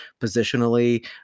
positionally